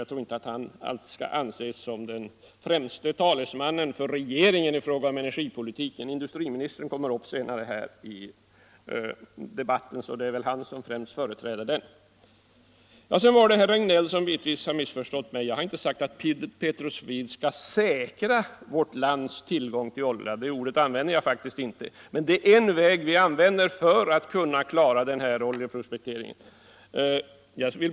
Jag tror emellertid inte att han skall anses som den främsta talesmannen för regeringen i fråga om energipolitiken. Industriministern kommer upp här senare i debatten, och det är han som främst företräder regeringen i den frågan. Sedan var det herr Regnéll, som bitvis har missförstått mig. Jag har inte sagt att Petroswede skall ”säkra” vårt lands tillgång till olja — det ordet använde jag inte. Men det är en väg vi använder för att kunna klara oljeprospektering.